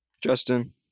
Justin